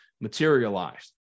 materialized